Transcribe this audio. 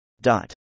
Dot